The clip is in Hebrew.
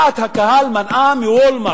לחץ דעת הקהל מנע מ-Wallmart